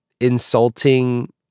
insulting